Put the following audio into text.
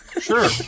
Sure